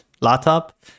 laptop